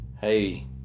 hey